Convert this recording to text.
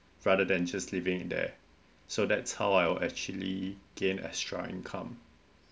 rather than just leaving there so that's how I'll actually gain extra income